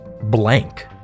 blank